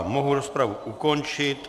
Mohu rozpravu ukončit.